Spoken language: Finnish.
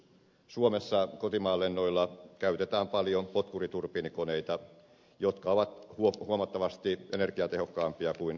suomessa kotimaan lennoilla käytetään paljon potkuriturbiinikoneita jotka ovat huomattavasti energiatehokkaampia kuin suihkukoneet